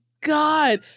God